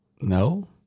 No